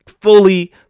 fully